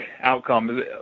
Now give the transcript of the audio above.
outcome